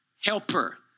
helper